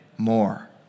more